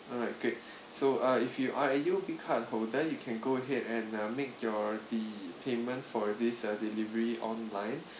alright great so uh if you are you a U_O_B card holder you can go ahead and make your the payment for this uh delivery online